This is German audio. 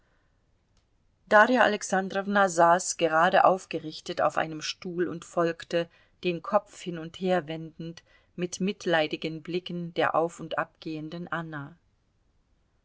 darja alexandrowna saß gerade aufgerichtet auf einem stuhl und folgte den kopf hin und her wendend mit mitleidigen blicken der auf und ab gehen den anna